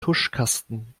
tuschkasten